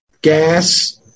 gas